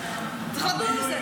וצריך לדון בזה.